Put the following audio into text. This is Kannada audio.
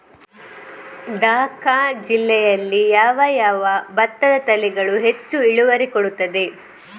ದ.ಕ ಜಿಲ್ಲೆಯಲ್ಲಿ ಯಾವ ಯಾವ ಭತ್ತದ ತಳಿಗಳು ಹೆಚ್ಚು ಇಳುವರಿ ಕೊಡುತ್ತದೆ?